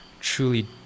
Truly